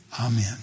Amen